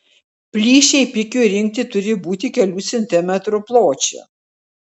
plyšiai pikiui rinkti turi būti kelių milimetrų pločio